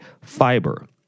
fiber